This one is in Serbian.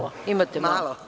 Imate malo.